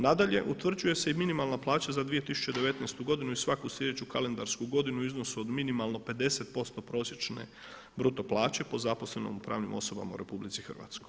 Nadalje, utvrđuje se i minimalna plaća za 2019. godinu i svaku sljedeću kalendarsku godinu u iznosu od minimalno 50% prosječne bruto plaće po zaposlenom u pravnim osobama u RH.